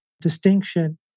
distinction